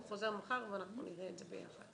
הוא חוזר מחר ואנחנו נראה את זה ביחד.